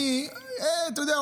אתה יודע,